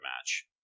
match